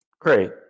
Great